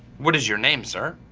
what is your name sir?